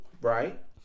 Right